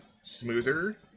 smoother